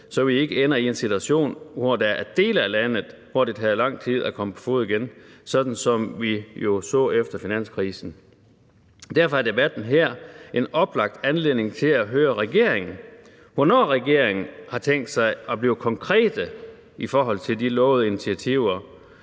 så vi ikke ender i en situation, hvor det i dele af landet tager lang tid at komme på fode igen, sådan som vi jo så det efter finanskrisen. Derfor er debatten her en oplagt anledning til at høre regeringen, hvornår regeringen har tænkt sig at blive konkrete i forhold til de lovede initiativer,